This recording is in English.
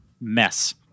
Mess